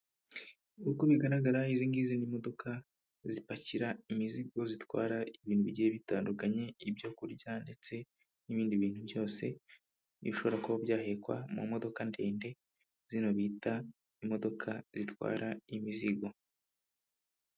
Nkuko bigaragara izi ngizi ni imodoka zipakira imizigo, zitwara ibintu bigiye bitandukanye, ibyo kurya, ndetse n'ibindi bintu byose, bishobora kuba byahekwa mu modoka ndende, zino bita imodoka zitwara imizigo.